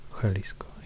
Jalisco